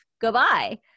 Goodbye